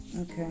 Okay